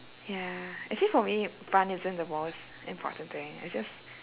ya actually for me fun isn't the most important thing it's just